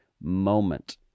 moment